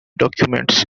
documents